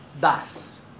Das